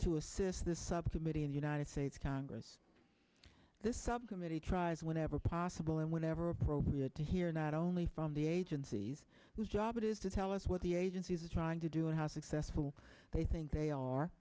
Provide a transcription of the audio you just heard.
to assist the subcommittee in the united states congress this subcommittee tries whenever possible and whenever appropriate to hear not only from the agencies whose job it is to tell us what the agencies are trying to do and how successful they think they are